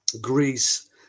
Greece